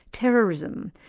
terrorism,